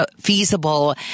feasible